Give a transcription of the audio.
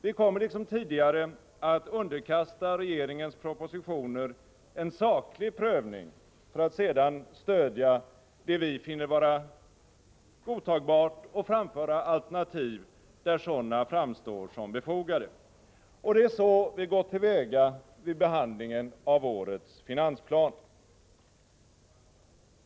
Vi kommer liksom tidigare att underkasta regeringens propositioner en saklig prövning för att sedan stödja det vi finner vara godtagbart och framföra alternativ där sådana framstår som befogade. Det är så vi gått till väga vid behandlingen av årets finansplan.